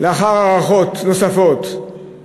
לאחר הארכות נוספות.